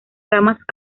ramas